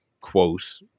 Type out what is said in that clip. quote